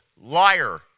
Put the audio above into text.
Liar